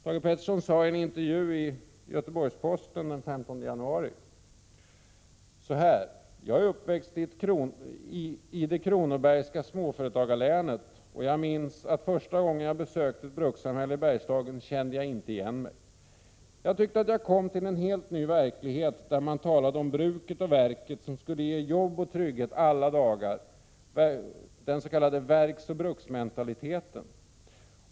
Thage Peterson sade i en intervju i Göteborgs-Posten den 15 januari: ”Jag är uppväxt i det kronobergska småföretagslänet och jag minns att första gången jag besökte ett brukssamhälle i Bergslagen kände jag inte igen mig. Jag tyckte att jag kom till en helt ny verklighet där man talade om bruket och verket som skulle ge jobb och trygghet alla dagar, verksoch bruksmentaliteten.